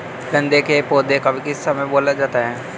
गेंदे के पौधे को किस समय बोया जाता है?